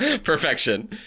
Perfection